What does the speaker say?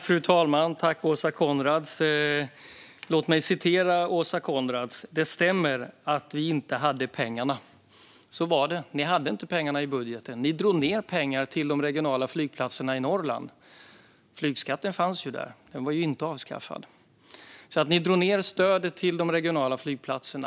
Fru talman! Åsa Coenraads sa: Det stämmer att vi inte hade pengarna. Och så var det. Ni hade inte pengar i budgeten. Ni drog ned på pengar till de regionala flygplatserna i Norrland. Men flygskatten fanns ju där; den var inte avskaffad. Ni drog alltså ned stödet till de regionala flygplatserna.